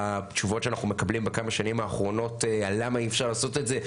התשובות שאנחנו מקבלים בשנים האחרונות על למה אי אפשר לעשות את זה,